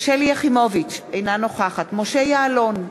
שלי יחימוביץ, אינה נוכחת משה יעלון,